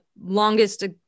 longest